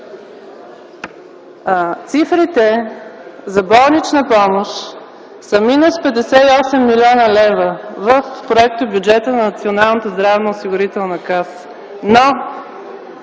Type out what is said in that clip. Цифрите за болнична помощ са минус 58 млн. лв. в проектобюджета на Националната здравноосигурителна каса.